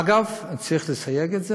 אגב, צריך לסייג את זה,